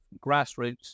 grassroots